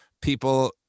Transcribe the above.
People